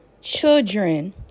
children